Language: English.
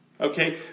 Okay